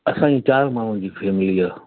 असांजी चारि माण्हूनि जी फ़ैमिली आहे